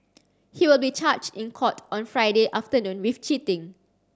he will be charged in court on Friday afternoon with cheating